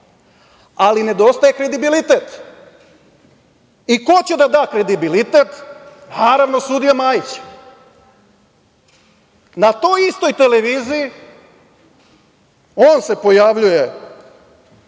ali nedostaje kredibilitet i ko će da da kredibilitet? Naravno, sudija Majić. Na toj istoj televiziji on se pojavljuje